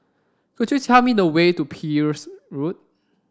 could you tell me the way to Peel road